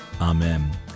amen